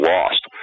Lost